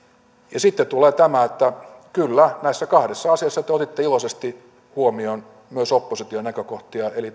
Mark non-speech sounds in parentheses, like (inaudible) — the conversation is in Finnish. ja sitten tulee tämä että kyllä näissä kahdessa asiassa te otitte iloisesti huomioon myös opposition näkökohtia eli (unintelligible)